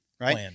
right